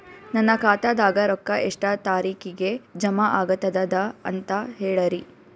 ನನ್ನ ಖಾತಾದಾಗ ರೊಕ್ಕ ಎಷ್ಟ ತಾರೀಖಿಗೆ ಜಮಾ ಆಗತದ ದ ಅಂತ ಹೇಳರಿ?